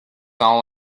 all